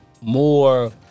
more